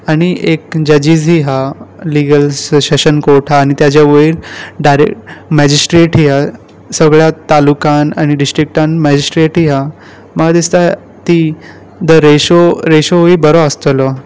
आनी एक जर्जीसय आसा लिगल सेशन कोर्ट आसा आनी ताज्या वयर डायरेक्ट मॅजिस्ट्रेटूय आसा सगल्या तालुकान आनी डिस्ट्रिक्टान मॅजिस्ट्रेटूय आसा म्हाका दिसता की तो रेशोय बरो आसतलो